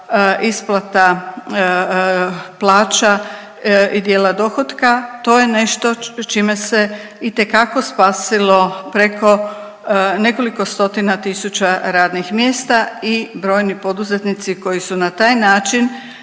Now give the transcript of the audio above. isplata plaća i dijela dohotka, to je nešto čime se itekako spasilo preko nekoliko stotina tisuća radnih mjesta i brojni poduzetnici koji su na taj način